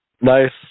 Nice